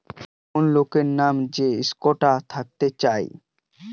কোন লোকের নাম যে স্টকটা থাকতিছে